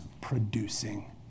producing